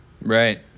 Right